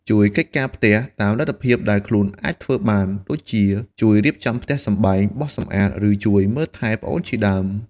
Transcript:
ជួយកិច្ចការផ្ទះ តាមលទ្ធភាពដែលខ្លួនអាចធ្វើបាន ដូចជាជួយរៀបចំផ្ទះសម្បែង បោសសំអាត ឬជួយមើលថែប្អូនជាដើម។